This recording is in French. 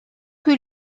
que